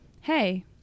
hey